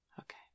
okay